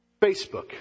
Facebook